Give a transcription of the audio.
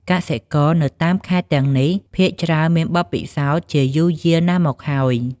កសិករនៅតាមខេត្តទាំងនេះ ភាគច្រើនមានបទពិសោធន៍ជាយូរយារណាស់មកហើយ។